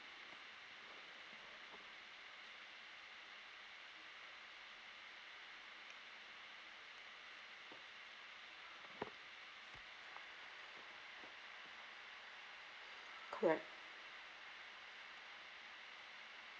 correct